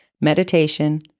meditation